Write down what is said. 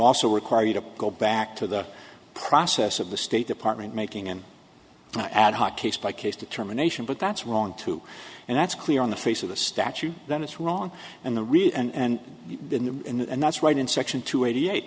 also require you to go back to the process of the state department making an ad hoc case by case determination but that's wrong too and that's clear on the face of the statute then it's wrong and the really and and that's right in section two eighty eight